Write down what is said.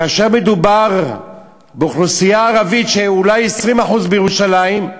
כאשר מדובר באוכלוסייה ערבית, אולי 20% בירושלים,